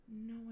no